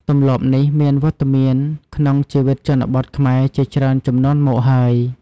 ទម្លាប់នេះមានវត្តមានក្នុងជីវិតជនបទខ្មែរជាច្រើនជំនាន់មកហើយ។